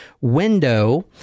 window